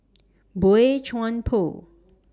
Boey Chuan Poh